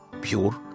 pure